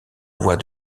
voix